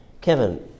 Kevin